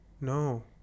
No